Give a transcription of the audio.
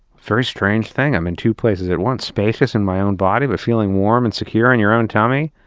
very strange thing. i'm in two places at once. spacious in my own body, but feeling warm and secure in your own tummy.